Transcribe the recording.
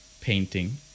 painting